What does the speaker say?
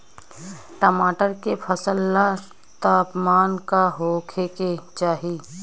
टमाटर के फसल ला तापमान का होखे के चाही?